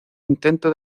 intento